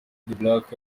black